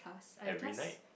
every night